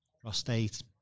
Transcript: prostate